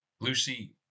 Lucy